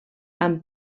amb